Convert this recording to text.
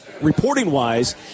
reporting-wise